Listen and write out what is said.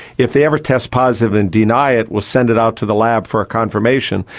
if they ever test positive and deny it we'll send it out to the lab for a confirmation,